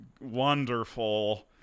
wonderful